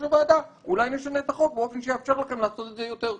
הוועדה - אולי נשנה את החוק באופן שיאפשר לכם לעשות את זה יותר טוב.